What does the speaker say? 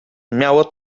miało